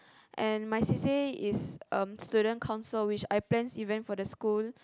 and my C_C_A is um student council which I planned events for the school